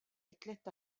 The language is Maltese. tliet